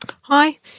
hi